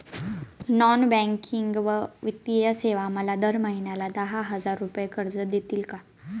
Non banking व वित्तीय सेवा मला दर महिन्याला दहा हजार रुपये कर्ज देतील का?